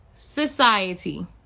Society